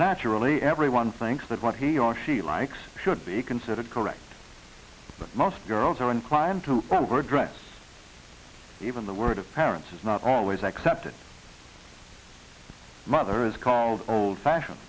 naturally everyone thinks that what he or she likes should be considered correct most girls are inclined to regrets even the word of parents is not always accepted mother is called old fashioned